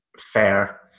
fair